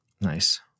Nice